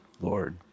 Lord